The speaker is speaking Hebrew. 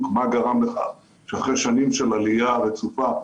מה גרם לכך שאחרי שנים של עלייה רצופה,